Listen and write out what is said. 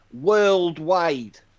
worldwide